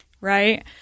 right